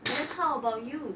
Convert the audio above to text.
then how about you